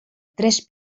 tres